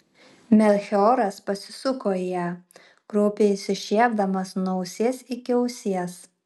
melchioras pasisuko į ją kraupiai išsišiepdamas nuo ausies iki ausies